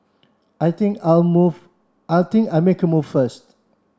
I think I'll move I think I'll make a move first